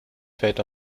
fällt